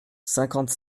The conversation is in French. cinquante